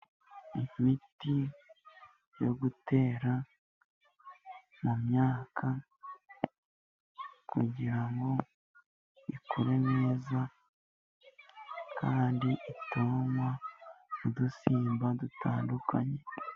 Imiti yo gutera mu myaka, kugira ngo ikure neza, kandi itabamo udusimba dutandukanye.